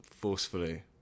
forcefully